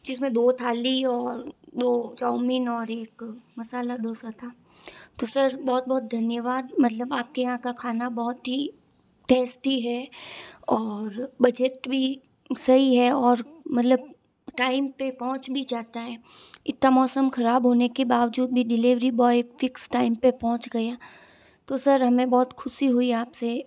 जिसमें दो थाली और दो चाऊमीन और एक मसाला दोसा था तो सर बहुत बहुत धन्यवाद मतलब आपके यहाँ का खाना बहुत ही टेस्टी है और बजट भी सही है और मतलब टाइम पर पहुँच भी जाता है इतना मौसम ख़राब होने के बावजूद भी डिलीवरी बॉय फिक्स टाइम पर पहुँच गया तो सर हमें बहुत खुशी हुई आपसे